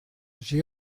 j’ai